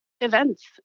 events